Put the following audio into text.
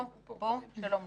שלום לך.